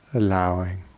allowing